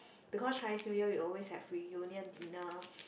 because Chinese New Year we always have reunion dinner